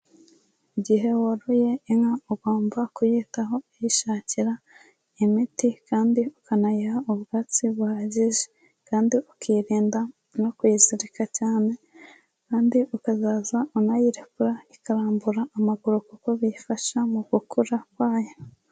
Igihe woroye inka ugomba kuyitaho uyishakira imiti kandi ukanayiha ubwatsi buhagije, kandi ukirinda no kuyizirika cyane kandi ukazaza unayirakura ikarambura amaguru kuko bifasha mu gukura kwayo